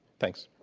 thanks.